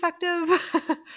effective